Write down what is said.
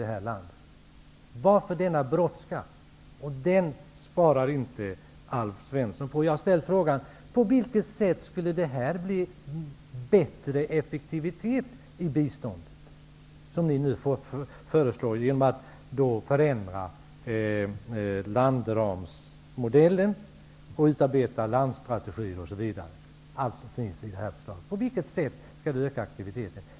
Den frågan kvarstår. Varför denna brådska? Det svarar inte Alf Svensson på. Jag har ställt frågan: På vilket sätt skulle detta innebära bättre effektivitet i biståndet? Ni föreslår att vi skall förändra landramsmodellen och utarbeta landstrategier. På vilket sätt skall det öka effektiviteten?